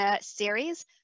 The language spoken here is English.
Series